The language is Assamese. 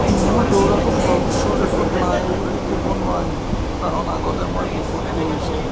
মোৰ দৌৰাটো সৰ্বোচ্চ ৰেকৰ্ড নাই বুলি ক'ব নোৱৰিম কাৰণ আগতে মই বহুত দৌৰিছিলোঁ